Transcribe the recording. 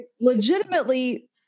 legitimately